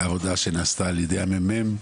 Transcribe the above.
ההודעה שנעשתה על ידי הממ"מ,